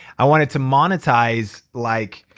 i wanted to monetize like